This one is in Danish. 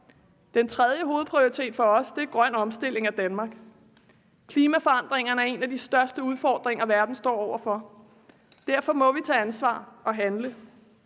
Den tredje hovedprioritet for os er grøn omstilling af Danmark. Klimaforandringerne er en af de største udfordringer, verden står over for. Derfor må vi tage ansvar og handle.